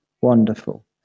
Wonderful